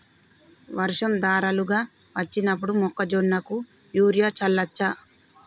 వర్షం ధారలుగా వచ్చినప్పుడు మొక్కజొన్న కు యూరియా చల్లచ్చా?